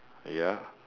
ya